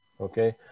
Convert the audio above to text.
okay